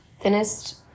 thinnest